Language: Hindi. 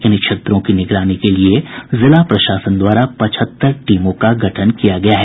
इन क्षेत्रों की निगरानी के लिए जिला प्रशासन द्वारा पचहत्तर टीमों का गठन किया गया है